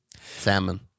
Salmon